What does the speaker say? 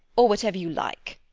or whatever you like,